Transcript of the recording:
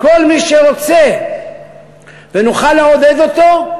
כל מי שרוצה ונוכל לעודד אותו,